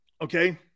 okay